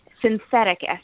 synthetic